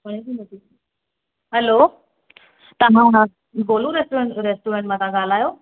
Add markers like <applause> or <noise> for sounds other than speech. <unintelligible> hello तव्हां Golu restaurant मां था ॻाल्हायो